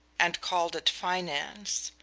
and called it finance,